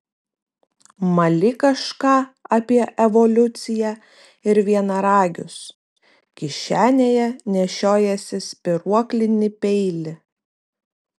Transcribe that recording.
mali kažką apie evoliuciją ir vienaragius kišenėje nešiojiesi spyruoklinį peilį